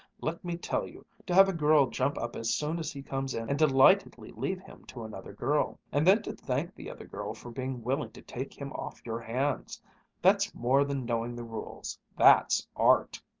let me tell you, to have a girl jump up as soon as he comes in and delightedly leave him to another girl. and then to thank the other girl for being willing to take him off your hands that's more than knowing the rules that's art!